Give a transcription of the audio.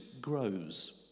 grows